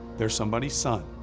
they're somebody's son,